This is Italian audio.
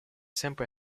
sempre